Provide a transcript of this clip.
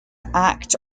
act